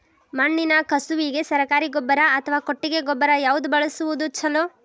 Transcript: ಮಣ್ಣಿನ ಕಸುವಿಗೆ ಸರಕಾರಿ ಗೊಬ್ಬರ ಅಥವಾ ಕೊಟ್ಟಿಗೆ ಗೊಬ್ಬರ ಯಾವ್ದು ಬಳಸುವುದು ಛಲೋ?